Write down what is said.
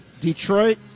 Detroit